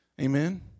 Amen